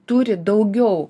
turi daugiau